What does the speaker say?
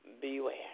beware